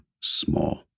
Small